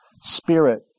spirit